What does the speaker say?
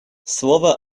слово